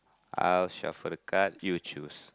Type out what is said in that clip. I'll shuffle the card you choose